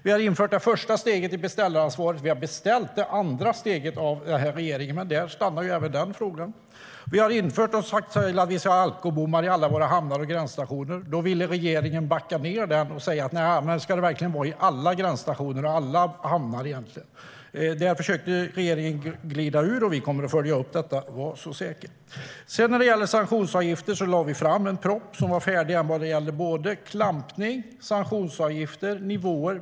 Vi har infört det första steget i beställaransvaret, och vi har beställt det andra steget av den här regeringen, men där stannar även den frågan. Vi har infört alkobommar vid alla våra hamnar och gränsstationer. Det vill regeringen backa på och säger: Men ska det verkligen vara vid alla gränsstationer och i alla hamnar? Detta försöker regeringen att glida ur. Men vi kommer att följa upp det, var så säker! När det gäller sanktionsavgifter lade vi fram en proposition om klampning, sanktionsavgifter och nivåer.